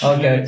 Okay